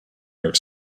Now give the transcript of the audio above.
york